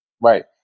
Right